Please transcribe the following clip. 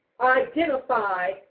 identify